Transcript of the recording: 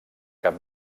cap